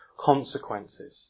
consequences